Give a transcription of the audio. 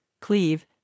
cleave